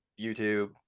YouTube